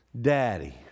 Daddy